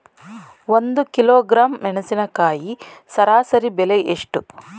ಒಂದು ಕಿಲೋಗ್ರಾಂ ಮೆಣಸಿನಕಾಯಿ ಸರಾಸರಿ ಬೆಲೆ ಎಷ್ಟು?